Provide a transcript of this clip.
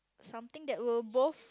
something that we'll both